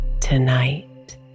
tonight